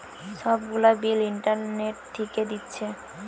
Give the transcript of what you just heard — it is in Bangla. সব গুলা বিল ইন্টারনেট থিকে দিচ্ছে